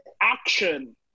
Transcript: action